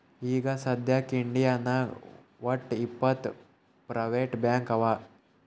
ಈಗ ಸದ್ಯಾಕ್ ಇಂಡಿಯಾನಾಗ್ ವಟ್ಟ್ ಇಪ್ಪತ್ ಪ್ರೈವೇಟ್ ಬ್ಯಾಂಕ್ ಅವಾ